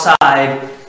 outside